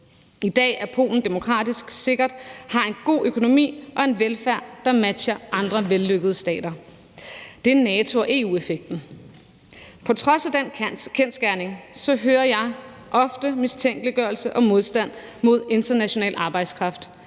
I dag er Polen demokratisk sikkert, har en god økonomi og en velfærd, der matcher andre vellykkede staters. Det er NATO- og EU-effekten. På trods af den kendsgerning hører jeg ofte mistænkeliggørelse af og modstand mod international arbejdskraft